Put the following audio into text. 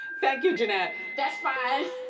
thank you janette. that's fine.